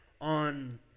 on